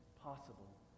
possible